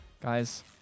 guys